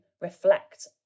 reflect